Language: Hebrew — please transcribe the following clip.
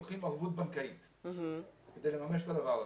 לוקחים ערבות בנקאית כדי לממש את הדבר הזה.